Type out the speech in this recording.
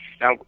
Now